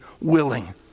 willing